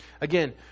again